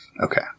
Okay